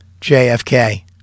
JFK